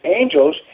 angels